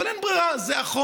אבל אין ברירה: זה החומר,